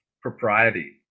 propriety